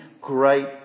great